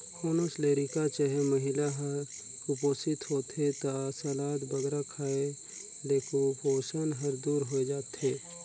कोनोच लरिका चहे महिला हर कुपोसित होथे ता सलाद बगरा खाए ले कुपोसन हर दूर होए जाथे